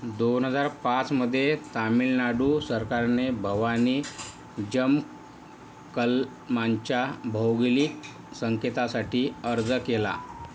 दोन हजार पाचमध्ये तामिळनाडू सरकारने भवानी जमक्कलमांच्या भौगोलिक संकेतासाठी अर्ज केला